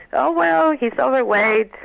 oh well, he's overweight,